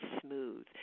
smooth